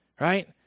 right